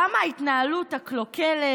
למה ההתנהלות הקלוקלת,